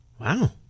Wow